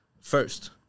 first